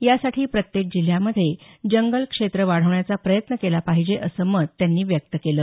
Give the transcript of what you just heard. यासाठी प्रत्येक जिल्ह्यामध्ये जंगल क्षेत्र वाढवण्याचा प्रयत्न केला पाहिजे असं मत त्यांनी व्यक्त केलं